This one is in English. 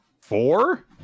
four